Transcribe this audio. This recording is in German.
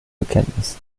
bekenntnis